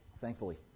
thankfully